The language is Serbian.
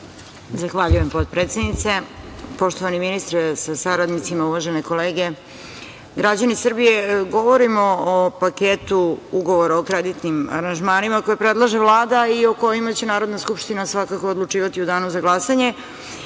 Zahvaljujem potpredsednice. Poštovani ministre sa saradnicima, uvažene kolege, građani Srbije, govorimo o paketu ugovora o kreditnim aranžmanima koje predlaže Vlada i o kojima će Narodna Skupština svakako odlučivati u danu za glasanje.